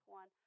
one